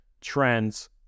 trends